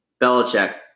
Belichick